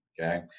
okay